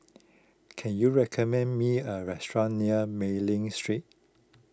can you recommend me a restaurant near Mei Ling Street